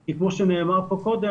כי כמו שנאמר פה קודם,